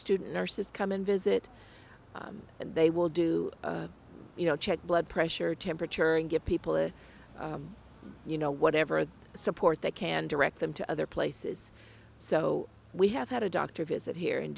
student nurses come and visit and they will do you know check blood pressure temperature and give people you know whatever support they can direct them to other places so we have had a doctor visit here and